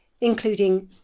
including